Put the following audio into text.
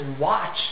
watch